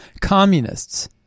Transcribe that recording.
communists